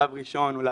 צו ראשון אולי,